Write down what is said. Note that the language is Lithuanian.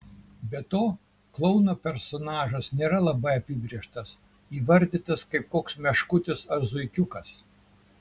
be to klouno personažas nėra labai apibrėžtas įvardytas kaip koks meškutis ar zuikiukas